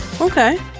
Okay